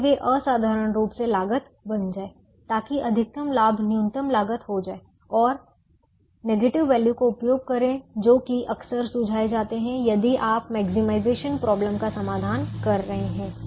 ताकि वे असाधारण रूप से लागत बन जाए ताकि अधिकतम लाभ न्यूनतम लागत हो जाए और नेगेटिव वैल्यू का उपयोग करें जो कि अक्सर सुझाए जाते हैं यदि आप मैक्सिमाइजेशन प्रॉब्लम का समाधान कर रहे हैं